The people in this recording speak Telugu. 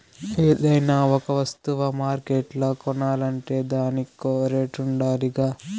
ఏదైనా ఒక వస్తువ మార్కెట్ల కొనాలంటే దానికో రేటుండాలిగా